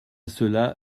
cela